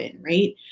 Right